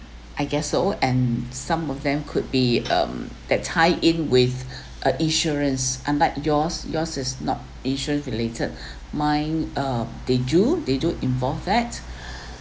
I guess so and some of them could be um that tie in with a insurance unlike yours yours is not insurance related mine uh they do they do involve that